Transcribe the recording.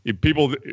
People